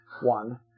one